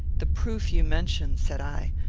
the proof you mention, said i,